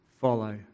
follow